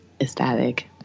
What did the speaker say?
ecstatic